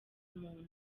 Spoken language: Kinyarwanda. umuntu